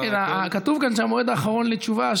כתוב כאן שהמועד האחרון לתשובה,